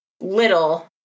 little